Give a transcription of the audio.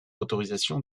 autorisation